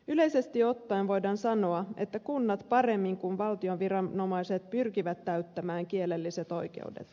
yleisesti ottaen voidaan sanoa että kunnat paremmin kuin valtion viranomaiset pyrkivät täyttämään kielelliset oikeudet